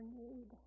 need